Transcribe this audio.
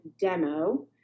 demo